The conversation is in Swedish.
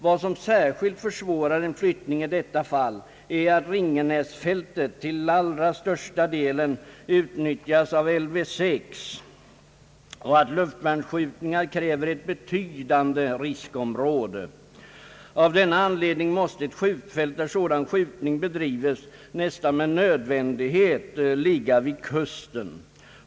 Vad som särskilt försvårar en flyttning i detta fall är att Ringenäsfältet till allra största delen utnyttjas av Lv 6, och att luftvärnsskjutningar kräver ett betydande riskområde. Av denna anledning måste ett skjutfält, där sådan skjutning bedrives, nästan med nödvändighet ligga vid kusten.